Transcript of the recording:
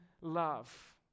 love